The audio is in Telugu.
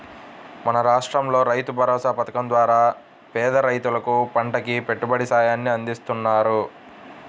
మన రాష్టంలో రైతుభరోసా పథకం ద్వారా పేద రైతులకు పంటకి పెట్టుబడి సాయాన్ని అందిత్తన్నారు